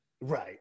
Right